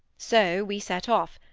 so we set off,